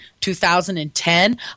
2010